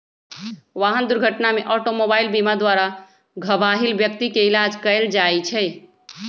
वाहन दुर्घटना में ऑटोमोबाइल बीमा द्वारा घबाहिल व्यक्ति के इलाज कएल जाइ छइ